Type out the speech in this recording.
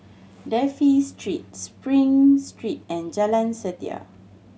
Dafne Street Spring Street and Jalan Setia